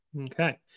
Okay